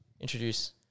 introduce